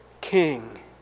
king